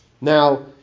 Now